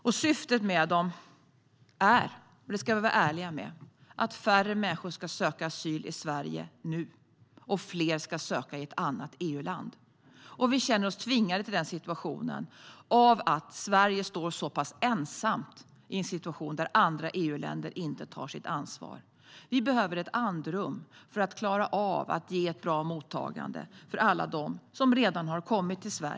Vi ska vara ärliga med att syftet med åtgärderna är att färre människor nu ska söka asyl i Sverige och att fler ska söka asyl i ett annat EU-land. Vi känner oss tvingade till det, eftersom Sverige står så pass ensamt i en situation där andra EU-länder inte tar sitt ansvar. Vi behöver ett andrum för att klara av att ge ett bra mottagande för alla dem som redan har kommit till Sverige.